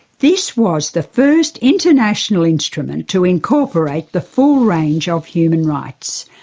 this was the first international instrument to incorporate the full range of human rights.